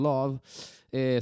Love